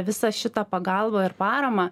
visą šitą pagalbą ir paramą